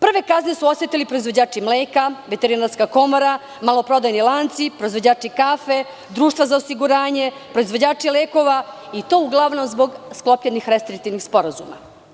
Prve kazne su osetili proizvođači mleka, Veterinarska komora, maloprodajni lanci, proizvođači kafe, društva za osiguranje, proizvođači lekova i to uglavnom zbog sklopljenih restriktivnih sporazuma.